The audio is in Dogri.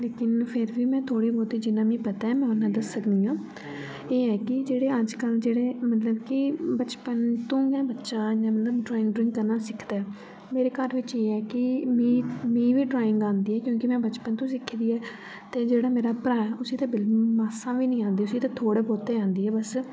लेकिन फिर बी में थोह्ड़ा बोह्त जिन्नां मी पता ऐ में उन्नां में दस्सी सकनी आं ऐ एह् ऐ के जेह्ड़े अज्जकल जेह्ड़े मतलब कि बचपन तूं गै बच्चा इयां मतलब ड़्रांईंग ड्रुईंग करना सिखदा ऐ मेरे घर बिच्च एह् ऐ कि मी मी बी ड़्राईंग आंदी ऐ क्योंकि मैं बच्चपन तूं गै सिक्खी दी ऐ ते जेह्ड़ा मेरा भ्राऽ ऐ उसी ते बिलकुल मासा बी नी आंदी उसी ते थोह्ड़ा बोह्ता आंदा ऐ बस